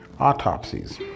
autopsies